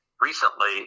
recently